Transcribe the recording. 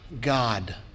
God